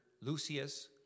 Lucius